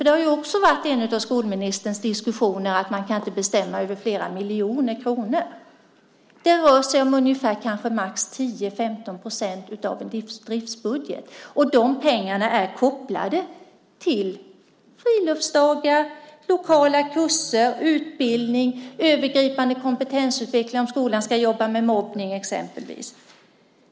Det har också varit med i skolministerns diskussioner att man inte kan bestämma över flera miljoner kronor. Det rör sig om kanske max 10-15 % av en driftsbudget. De pengarna är kopplade till friluftsdagar, lokala kurser, utbildning, övergripande kompetensutveckling, om skolan ska jobba med exempelvis mobbning.